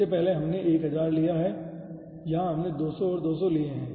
इससे पहले हमने 1000 को लिया है यहां हमने 200 और 200 लिए हैं